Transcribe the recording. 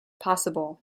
possible